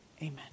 amen